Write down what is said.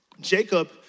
Jacob